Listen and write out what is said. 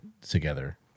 together